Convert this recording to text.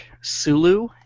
Sulu